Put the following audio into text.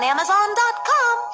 Amazon.com